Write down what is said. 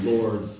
Lord